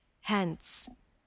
Hence